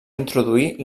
introduir